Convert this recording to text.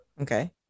Okay